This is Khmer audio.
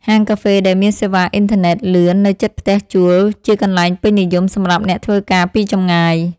ហាងកាហ្វេដែលមានសេវាអ៊ីនធឺណិតលឿននៅជិតផ្ទះជួលជាកន្លែងពេញនិយមសម្រាប់អ្នកធ្វើការពីចម្ងាយ។